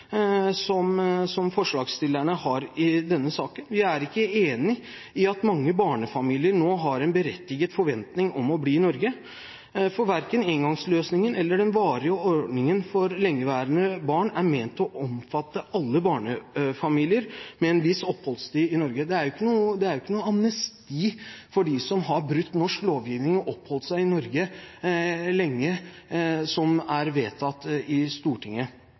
som forslagsstillerne har i denne saken. Vi er ikke enig i at mange barnefamilier nå har en berettiget forventning om å få bli i Norge, for verken engangsløsningen eller den varige ordningen for lengeværende barn er ment å skulle omfatte alle barnefamilier med en viss oppholdstid. Det er jo ikke noe amnesti for dem som har brutt norsk lovgivning og oppholdt seg i Norge lenge, som er vedtatt i Stortinget.